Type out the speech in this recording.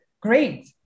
great